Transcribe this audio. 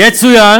יצוין